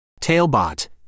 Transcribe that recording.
Tailbot